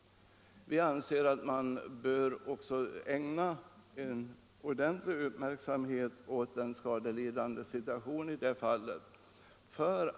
Vi anser att man också bör ägna ordentlig uppmärksamhet åt den skadelidandes situation i det fallet.